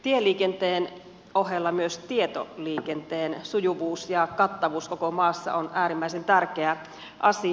tieliikenteen ohella myös tietoliikenteen sujuvuus ja kattavuus koko maassa on äärimmäisen tärkeä asia